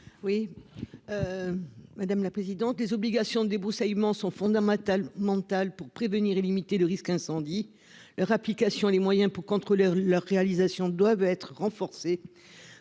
Oui. Madame la présidente des obligations de débroussaillement sont fondamentales mental pour prévenir et limiter le risque incendie leur application, les moyens pour contrôler leur réalisations doivent être renforcés.